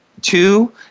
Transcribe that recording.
two